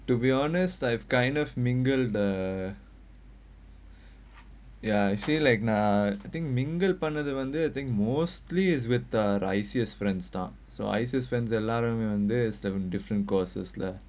to be honest I've kind of mingle the ya say like நா:naa I think mingle பண்ணது வந்து:pannathu vanthu I think mostly is with the raisis friend start so raisis friends a lot they from different courses lah